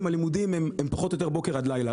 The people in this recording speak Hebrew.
הלימודים הם פחות או יותר בוקר עד לילה.